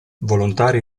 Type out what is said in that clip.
volontari